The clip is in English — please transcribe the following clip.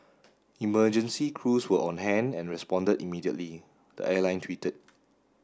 emergency crews were on hand and responded immediately the airline tweeted